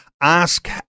Ask